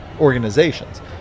organizations